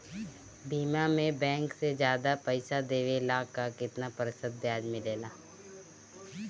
बीमा में बैंक से ज्यादा पइसा देवेला का कितना प्रतिशत ब्याज मिलेला?